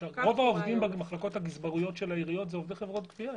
רוב העובדים במחלקות הגזברויות של העיריות זה עובדי חברות גבייה.